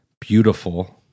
beautiful